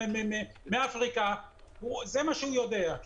מאפריקה - זה מה שהוא יודע.